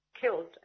killed